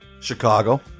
Chicago